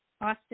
Austin